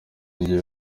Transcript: gihe